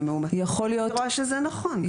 על מאומתים אני רואה שזה נכון,